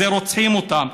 זה רוצחים אותם.